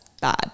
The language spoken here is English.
bad